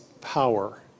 power